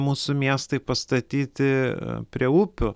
mūsų miestai pastatyti prie upių